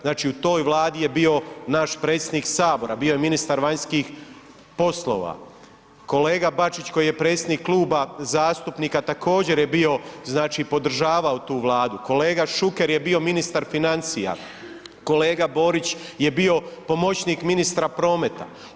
Znači u toj Vladi je bio naš predsjednik Sabora, bio je ministar vanjskih poslova, kolega Bačić koji je predsjednik Kluba zastupnika, također je bio, znači podržavao tu Vladu, kolega Šuker je bio ministar financija, kolega Borić je bio pomoćnik ministra prometa.